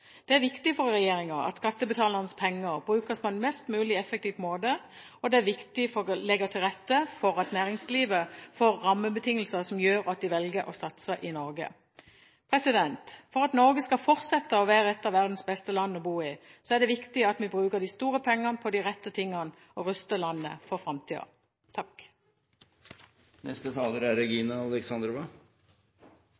Det er viktig for regjeringen at skattebetalernes penger brukes på en mest mulig effektiv måte, og det er viktig å legge til rette for at næringslivet får rammebetingelser som gjør at de velger å satse i Norge. For at Norge skal fortsette å være et av verdens beste land å bo i, er det viktig at vi bruker de store pengene på de rette tingene og ruster landet for framtida. Jeg er